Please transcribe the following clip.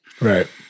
Right